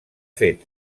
fet